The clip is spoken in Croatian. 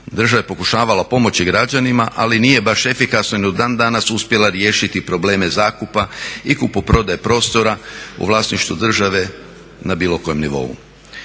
Država je pokušavala pomoći građanima ali nije baš efikasno ni dan danas uspjela riješiti problema zakupa i kupoprodaje prostora u vlasništvu države na bilo kojem nivou.